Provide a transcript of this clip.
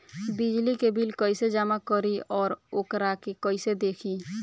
बिजली के बिल कइसे जमा करी और वोकरा के कइसे देखी?